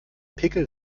pickel